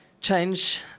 change